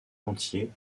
entier